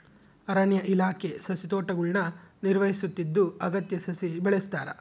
ಅರಣ್ಯ ಇಲಾಖೆ ಸಸಿತೋಟಗುಳ್ನ ನಿರ್ವಹಿಸುತ್ತಿದ್ದು ಅಗತ್ಯ ಸಸಿ ಬೆಳೆಸ್ತಾರ